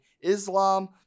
Islam